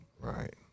Right